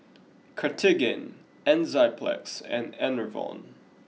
Cartigain Enzyplex and Enervon